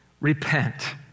repent